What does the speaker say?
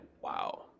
wow